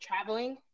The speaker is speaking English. traveling